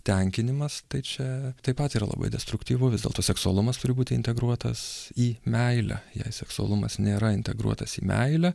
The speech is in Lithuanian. tenkinimas tai čia taip pat yra labai destruktyvu vis dėlto seksualumas turi būti integruotas į meilę jei seksualumas nėra integruotas į meilę